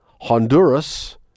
Honduras